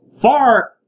far